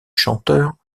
chanteur